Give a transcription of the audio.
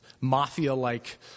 mafia-like